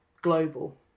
global